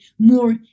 more